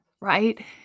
right